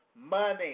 money